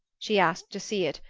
she asked to see it,